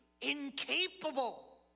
incapable